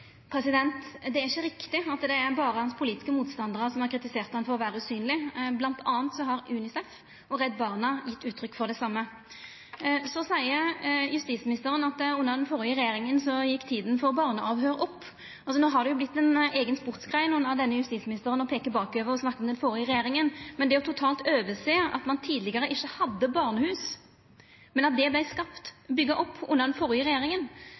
Det er ikkje riktig at det er berre dei politiske motstandarane hans som har kritisert han for å vera usynleg. Blant anna har UNICEF og Redd Barna gjeve uttrykk for det same. Så seier justisministeren at under den førre regjeringa gjekk tida for barneavhøyr opp. No har det vorte ei eiga sportsgrein under denne justisministeren å peika bakover og snakka om den førre regjeringa, men det han totalt overser, er at ein tidlegare ikkje hadde barnehus. Det vart skapt og bygt opp under den førre regjeringa.